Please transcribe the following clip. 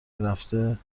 رفته